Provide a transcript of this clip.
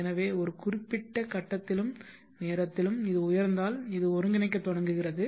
எனவே ஒரு குறிப்பிட்ட கட்டத்திலும் நேரத்திலும் இது உயர்ந்தால் இது ஒருங்கிணைக்கத் தொடங்குகிறது